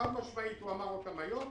חד משמעית, הוא אמר אותם היום